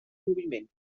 moviment